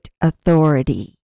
authority